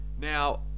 Now